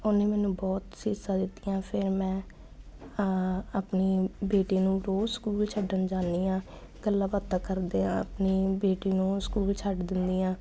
ਉਹਨੇ ਮੈਨੂੰ ਬਹੁਤ ਅਸੀਸਾ ਦਿੱਤੀਆਂ ਫਿਰ ਮੈਂ ਆਪਣੀ ਬੇਟੀ ਨੂੰ ਰੋਜ ਸਕੂਲ ਛੱਡਣ ਜਾਂਦੀ ਆਂ ਗੱਲਾਂ ਬਾਤਾਂ ਕਰਦੇ ਆ ਆਪਣੀ ਬੇਟੀ ਨੂੰ ਸਕੂਲ ਛੱਡ ਦਿੰਦੀ ਆ